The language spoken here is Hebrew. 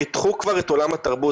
פתחו כבר את עולם התרבות,